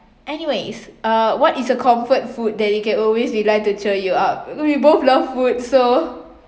anyways uh what is a comfort food that you can always rely to cheer you up we both love food so